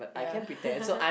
ya